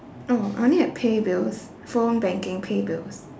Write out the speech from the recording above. oh I only have pay bills phone banking pay bills